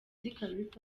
khalifa